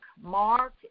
Mark